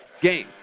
game